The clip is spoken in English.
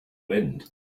wind